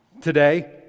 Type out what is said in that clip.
today